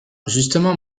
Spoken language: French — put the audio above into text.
justement